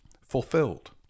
fulfilled